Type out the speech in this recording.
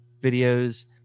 videos